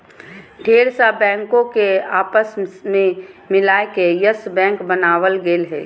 ढेर सा बैंको के आपस मे मिलाय के यस बैक बनावल गेलय हें